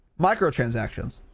microtransactions